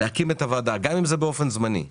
להקים את הוועדה, גם אם זה באופן זמני.